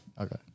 Okay